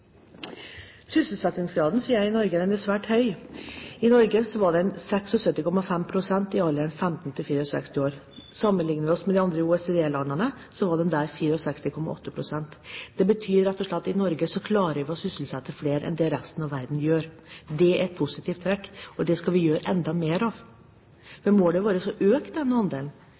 Sysselsettingsgraden i Norge er svært høy. I Norge var den 76,5 pst. for alderen 15–64 år. Sammenligner vi oss med de andre OECD-landene, var den der på 64,8 pst. Det betyr rett og slett at i Norge klarer vi å sysselsette flere enn det resten av verden gjør. Det er et positivt trekk, og det skal vi gjøre enda mer av. Målet vårt er å øke denne andelen